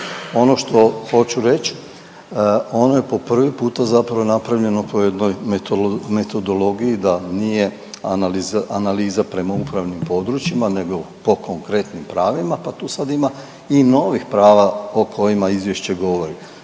Ono što hoću reći, ono je po prvi puta zapravo napravljeno po jednoj metodologiji da nije analiza prema upravnih područjima nego po konkretnim pravima pa tu sad ima i novih prava o kojima Izvješće govori.